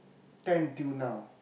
ten till now